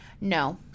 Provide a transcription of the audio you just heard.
No